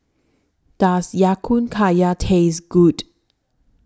Does Ya Kun Kaya Taste Good